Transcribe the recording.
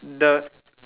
the